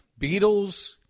Beatles